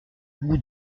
bout